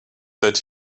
that